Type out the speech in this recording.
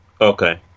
Okay